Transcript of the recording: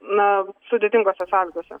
na sudėtingose sąlygose